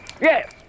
Yes